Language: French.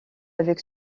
avec